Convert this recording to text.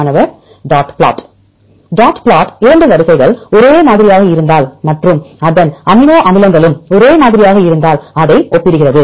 மாணவர் dot plot dot plot இரண்டு வரிசைகள் ஒரே மாதிரியாக இருந்தால் மற்றும் அதன் அமினோ அமிலங்களும் ஒரே மாதிரியாக இருந்தால் அதை ஒப்பிடுகிறது